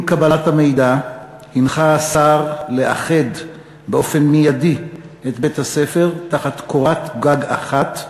עם קבלת המידע הנחה השר לאחד באופן מיידי את בתי-הספר תחת קורת גג אחת,